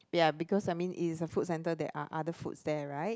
ya because I mean it is a food centre there are other foods there right